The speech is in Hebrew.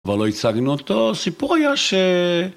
אבל לא הצגנו אותו, הסיפור היה ש...